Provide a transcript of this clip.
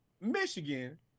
Michigan